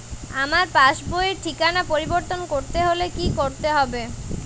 আমার পাসবই র ঠিকানা পরিবর্তন করতে হলে কী করতে হবে?